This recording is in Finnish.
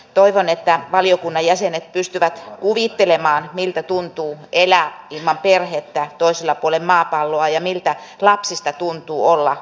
toivon että valiokunnan jäsenet pystyvät kuvittelemaan miltä tuntuu elää ilman perhettä toisella puolen maapalloa ja miltä lapsista tuntuu olla ilman vanhempia